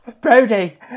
Brody